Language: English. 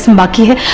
and bucket